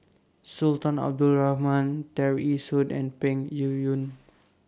Sultan Abdul Rahman Tear Ee Soon and Peng Yuyun